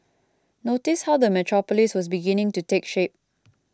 notice how the metropolis was beginning to take shape